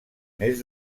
mes